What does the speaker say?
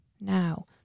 Now